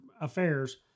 affairs